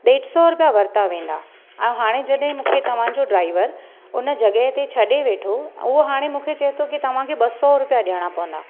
ॾेढ सौ रुपिया वठिता वेंदा ऐं हांणे जॾहिं मूंखे तव्हांजो ड्राइवर हुन जॻह ते छॾे वेठो उहो हाणे मूंखे चए थो की तव्हांखे ॿ सौ रुपिया ॾेयणा पवंदा